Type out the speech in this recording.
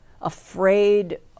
afraid